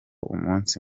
umunsi